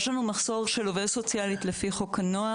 יש לנו מחסור של עובדת סוציאלית לפי חוק הנוער.